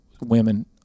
women